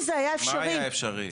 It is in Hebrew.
מה היה אפשרי?